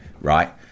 right